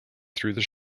through